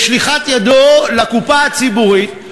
בשליחת ידו לקופה הציבורית,